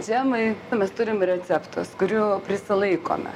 džemai mes turime receptus kurių prisilaikome